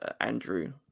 Andrew